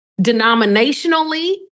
denominationally